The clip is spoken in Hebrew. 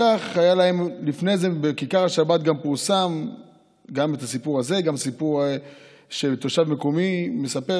לפני זה בכיכר השבת פורסם גם הסיפור הזה וגם סיפור של תושב מקומי שמספר